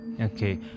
Okay